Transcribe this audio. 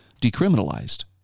decriminalized